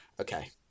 Okay